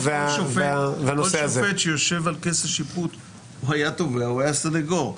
כל שופט שיושב על כס השיפוט היה תובע או היה סניגור.